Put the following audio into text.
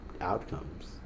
outcomes